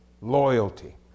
Loyalty